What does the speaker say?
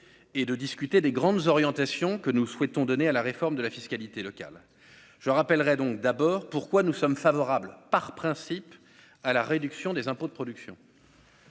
et de discuter des grandes orientations que nous souhaitons donner à la réforme de la fiscalité locale, je rappellerai donc d'abord pourquoi nous sommes favorables par principe à la réduction des impôts de production.